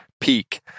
peak